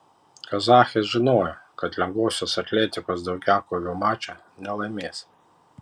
kazachės žinojo kad lengvosios atletikos daugiakovių mačo nelaimės